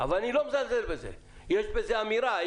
אבל אני לא מזלזל בזה, יש בזה אמירה.